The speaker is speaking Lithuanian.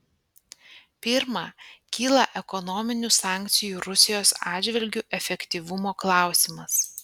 pirma kyla ekonominių sankcijų rusijos atžvilgiu efektyvumo klausimas